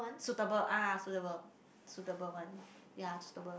suitable ah suitable suitable one yea suitable